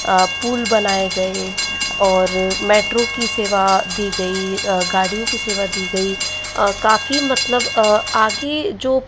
pool बनाये गए और मेट्रो की सेवा दी गई गाड़ियों की सेवा दी गई काफ़ी मतलब आगे जो पुराना